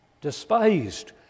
despised